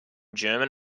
german